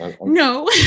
No